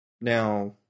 Now